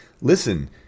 listen